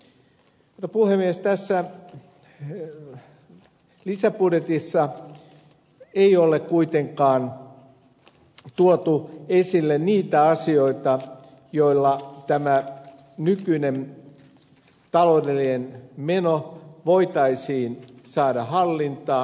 mutta puhemies tässä lisäbudjetissa ei ole kuitenkaan tuotu esille niitä asioita joilla tämä nykyinen taloudellinen meno voitaisiin saada hallintaan